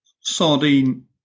sardine